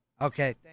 Okay